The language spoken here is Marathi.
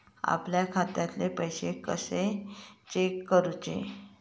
आपल्या खात्यातले पैसे कशे चेक करुचे?